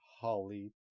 holly